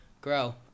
grow